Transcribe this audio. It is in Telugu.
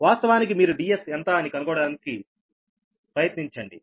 వాస్తవానికి మీరు Ds ఎంత అని కనుగొనడానికి ప్రయత్నించండి